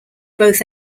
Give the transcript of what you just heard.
both